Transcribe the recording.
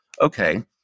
okay